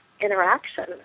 interaction